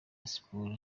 siporo